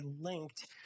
linked